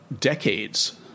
decades